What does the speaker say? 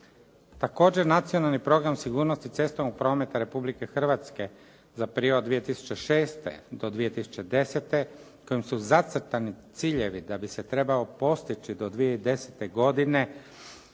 Također, Nacionalni program sigurnosti cestovnog prometa Republike Hrvatske za period od 2006. do 2010. kojim su zacrtani ciljevi da bi se trebao postići do 2010. godine